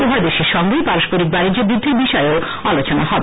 উভয় দেশের সঙ্গেই পারস্পরিক বানিজ্য বৃদ্ধির বিষয়ে আলোচনা হবে